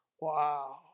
wow